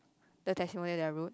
the testimonial that I wrote